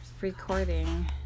Recording